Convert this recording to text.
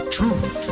Truth